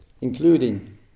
including